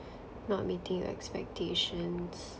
not meeting your expectations